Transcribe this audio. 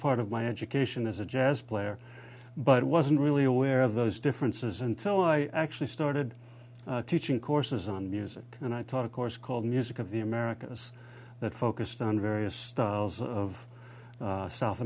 part of my education as a jazz player but it wasn't really aware of those differences until i actually started teaching courses on music and i taught a course called music of the americas that focused on various styles of south